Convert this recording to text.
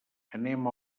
anem